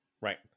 Right